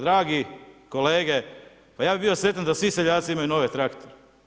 Dragi kolege, ja bi bio sretan da svi seljaci imaju nove traktore.